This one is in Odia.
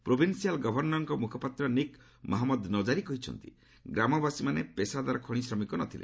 ପ୍ରୋଭିନ୍ସିଆଲ ଗଭର୍ଷରଙ୍କ ମୁଖପାତ୍ର ନିକ୍ ମହମ୍ମଦ ନଜାରୀ କହିଛନ୍ତି ଗ୍ରାମାବାସୀମାନେ ପେସାଦାର ଖଣି ଶ୍ରମିକ ନ ଥିଲେ